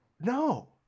no